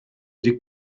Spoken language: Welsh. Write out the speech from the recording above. wedi